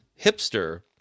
hipster